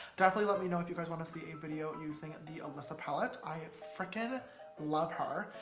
definitely let me know if you guys want to see a video using the alyssa palette. i freaking love her,